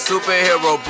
Superhero